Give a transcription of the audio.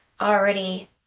already